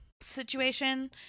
situation